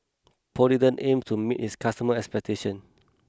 Polident aims to meet its customers' expectations